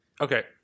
Okay